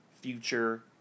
future